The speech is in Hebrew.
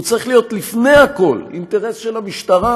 הוא צריך להיות לפני הכול אינטרס של המשטרה,